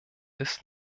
ist